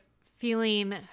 feeling